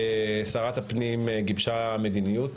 שרת הפנים גיבשה מדיניות